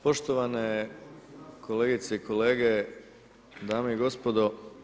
Poštovane kolegice i kolege, dame i gospodo.